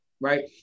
right